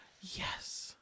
Yes